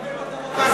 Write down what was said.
מקבל מתנות מהמדינה,